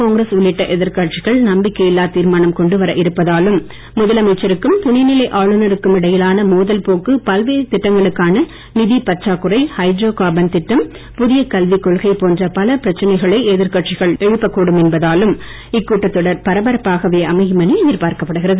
காங்கிரஸ் உள்ளிட்ட எதிர்க்கட்சிகள் நம்பிக்கையில்லா தீர்மானம் கொண்டுவர இருப்பதாலும் முதலமைச்சருக்கும் துணைநிலை ஆளுநருக்கும் இடையிலான மோதல் போக்கு பல்வேறு திட்டங்களுக்கான நிதிப் பற்றாக்குறை ஹைட்ரோ கார்பன் திட்டம் புதிய கல்வி கொள்கை போன்ற பல பிரச்னைகளை எதிர்க்கட்சிகள் எழுப்பக் கூடும் என்பதாலும் இக்கூட்டத் தொடர் பரபரப்பாகவே அமையும் என எதிர்பார்க்கப் படுகிறது